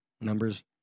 Numbers